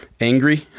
angry